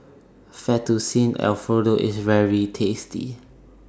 Fettuccine Alfredo IS very tasty